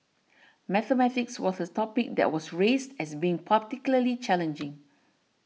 mathematics was this topic that was raised as being particularly challenging